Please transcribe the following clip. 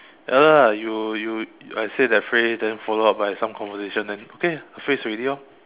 ya lah you you I say that phrase then follow up by some conversation then okay a phrase already lor